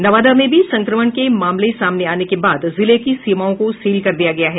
नवादा में भी संक्रमण के मामले सामने आने के बाद जिले की सीमाओं को सील कर दिया गया है